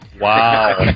Wow